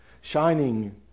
shining